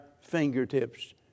fingertips